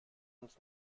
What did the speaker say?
uns